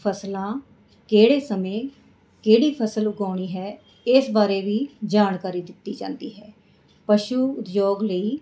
ਫਸਲਾਂ ਕਿਹੜੇ ਸਮੇਂ ਕਿਹੜੀ ਫਸਲ ਉਗਾਉਣੀ ਹੈ ਇਸ ਬਾਰੇ ਵੀ ਜਾਣਕਾਰੀ ਦਿੱਤੀ ਜਾਂਦੀ ਹੈ ਪਸ਼ੂ ਉਦਯੋਗ ਲਈ